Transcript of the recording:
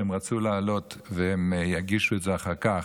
הם רצו להעלות, והם יגישו את זה אחר כך.